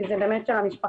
כי זה באמת של המשפחה,